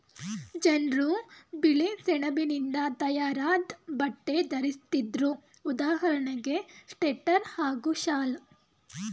ಜನ್ರು ಬಿಳಿಸೆಣಬಿನಿಂದ ತಯಾರಾದ್ ಬಟ್ಟೆ ಧರಿಸ್ತಿದ್ರು ಉದಾಹರಣೆಗೆ ಸ್ವೆಟರ್ ಹಾಗೂ ಶಾಲ್